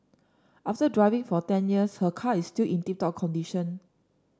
after driving for ten years her car is still in tip top condition